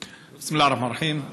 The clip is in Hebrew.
בסם אללה א-רחמאן א-רחים.